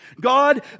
God